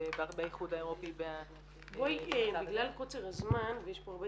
באיחוד האירופי -- בגלל קוצר הזמן ויש פה הרבה